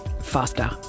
faster